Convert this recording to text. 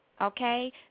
Okay